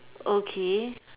okay